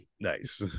Nice